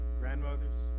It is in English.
grandmothers